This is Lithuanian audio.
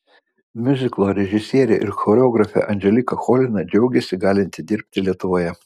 miuziklo režisierė ir choreografė anželika cholina džiaugėsi galinti dirbti lietuvoje